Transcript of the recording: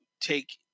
take